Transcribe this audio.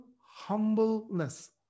humbleness